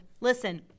listen